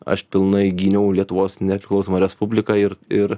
aš pilnai gyniau lietuvos nepriklausomą respubliką ir ir